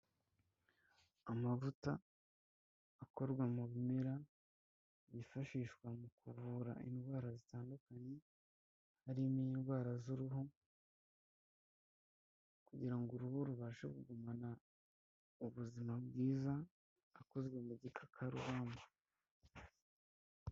Amavuta akorwa mu bimera byifashishwa mu kuvura indwara zitandukanye harimo; indwara z'uruhu kugira ngo uruhu rubashe kugumana ubuzima bwiza akozwe mu gikakarubamba.